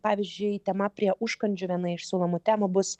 pavyzdžiui tema prie užkandžių viena iš siūlomų temų bus